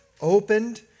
opened